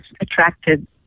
attracted